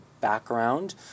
background